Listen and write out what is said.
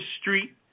street